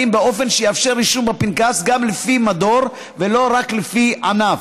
באופן שיאפשר רישום בפנקס גם לפי מדור ולא רק לפי ענף,